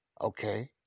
Okay